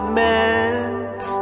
meant